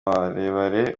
barebare